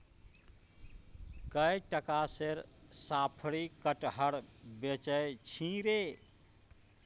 कए टका सेर साफरी कटहर बेचय छी रे